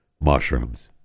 Mushrooms